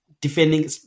defending